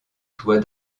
toits